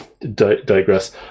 digress